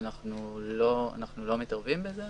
אנחנו לא מתערבים בזה.